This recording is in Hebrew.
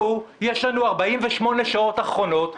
יש לנו 48 שעות אחרונות,